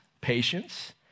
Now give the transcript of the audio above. patience